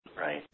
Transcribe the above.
right